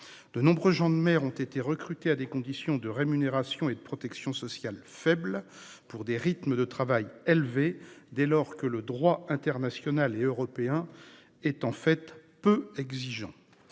De nombreux gens de mer ont été recrutés avec des rémunérations et une protection sociale faibles, pour des rythmes de travail élevés, dès lors que le droit international et européen est, en réalité, peu exigeant.